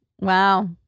Wow